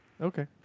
Okay